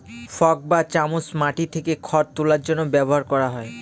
fork বা চামচ মাটি থেকে খড় তোলার জন্য ব্যবহার করা হয়